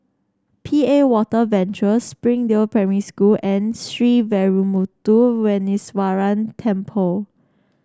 P A Water Venture Springdale Primary School and Sree Veeramuthu Muneeswaran Temple